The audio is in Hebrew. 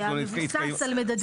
המבוסס על מדדים איכותניים.